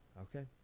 okay